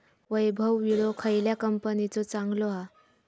वैभव विळो खयल्या कंपनीचो चांगलो हा?